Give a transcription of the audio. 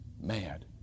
mad